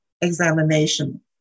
examination